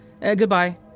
Goodbye